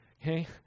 okay